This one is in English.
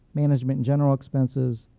management and general expenses,